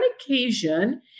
occasion